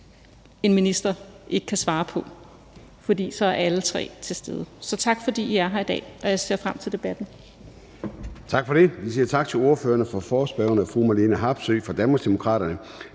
en minister ikke kan svare på. Derfor er alle tre til stede. Så tak, fordi I er her i dag, og jeg ser frem til debatten. Kl. 13:27 Formanden (Søren Gade): Vi siger tak til ordføreren for forespørgerne, fru Marlene Harpsøe fra Danmarksdemokraterne.